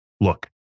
Look